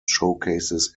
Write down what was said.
showcases